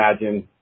imagine